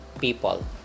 people